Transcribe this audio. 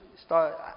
start